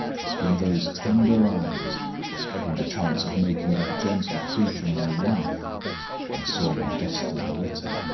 in those tender eyes in the chance of making that gentle creature my wife i saw my destiny written.